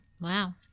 Wow